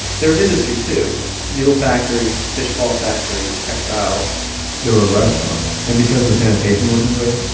there was industry too noodle factories, fishbowl factories, textiles there were restaurants, and because the sanitation wasn't great,